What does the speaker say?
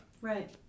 Right